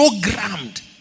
Programmed